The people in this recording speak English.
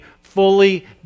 fully